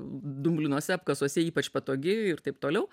dumblinuose apkasuose ypač patogi ir taip toliau